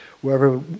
wherever